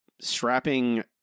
strapping